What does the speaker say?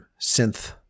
synth